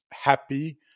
happy